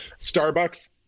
starbucks